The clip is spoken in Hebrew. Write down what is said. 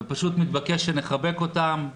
ופשוט מתבקש שנחבק אותם,